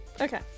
Okay